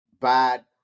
bad